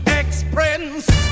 ex-prince